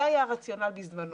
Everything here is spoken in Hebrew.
זה היה הרציונל בזמנו.